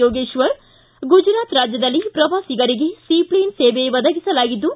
ಯೋಗೇಶ್ವರ ಗುಜರಾತ್ ರಾಜ್ಯದಲ್ಲಿ ಪ್ರವಾಸಿಗರಿಗೆ seaplane ಸೇವೆ ಒದಗಿಸಲಾಗಿದ್ದು